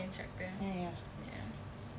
ya ya ya